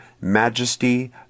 majesty